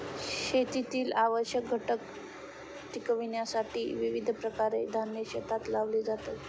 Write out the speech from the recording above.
शेतीतील आवश्यक घटक टिकविण्यासाठी विविध प्रकारचे धान्य शेतात लावले जाते